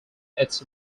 its